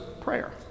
prayer